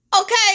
Okay